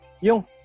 yung